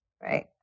right